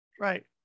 right